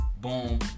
Boom